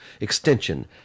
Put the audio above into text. Extension